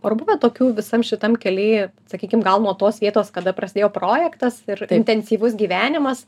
ar buvo tokių visam šitam kely sakykim gal nuo tos vietos kada prasidėjo projektas ir intensyvus gyvenimas